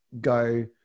go